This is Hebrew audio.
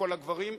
כל הגברים,